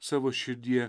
savo širdyje